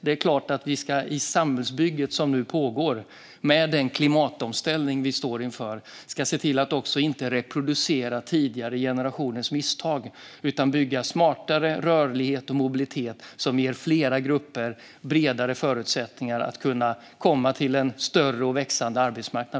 Det är klart att vi i det samhällsbygge som nu pågår, med den klimatomställning vi står inför, ska se till att inte reproducera tidigare generationers misstag utan bygga smartare rörlighet och mobilitet som ger fler grupper bredare förutsättningar att komma till en större och växande arbetsmarknad.